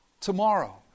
Tomorrow